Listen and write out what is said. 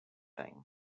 time